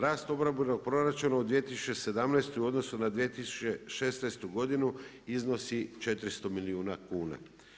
Rast obrambenog proračuna u 2017. u odnosu na 2016. godinu iznosi 400 milijuna kuna.